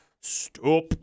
Stop